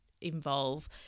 involve